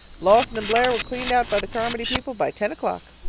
lawson and blair were cleaned out by the carmody people by ten o'clock.